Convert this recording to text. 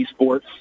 esports